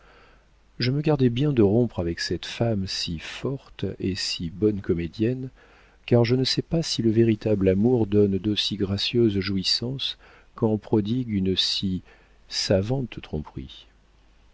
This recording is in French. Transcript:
je me gardai bien de rompre avec cette femme si forte et si bonne comédienne car je ne sais pas si le véritable amour donne d'aussi gracieuses jouissances qu'en prodigue une si savante